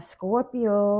Scorpio